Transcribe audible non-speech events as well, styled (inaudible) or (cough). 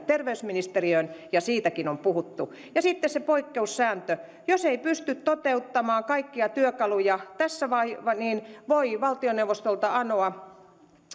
(unintelligible) terveysministeriöön siitäkin on puhuttu sitten se poikkeussääntö jos ei pysty toteuttamaan kaikkia työkaluja niin voi valtioneuvostolta anoa